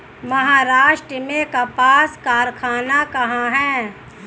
महाराष्ट्र में कपास कारख़ाना कहाँ है?